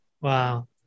Wow